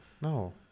no